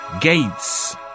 Gates